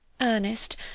Ernest